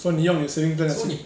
so 你用你的 saving plan